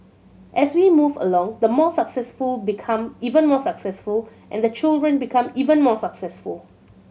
as we move along the more successful become even more successful and the children become even more successful